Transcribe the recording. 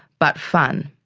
but fun.